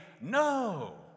no